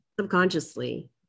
subconsciously